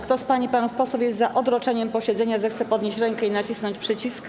Kto z pań i panów posłów jest za odroczeniem posiedzenia, zechce podnieść rękę i nacisnąć przycisk.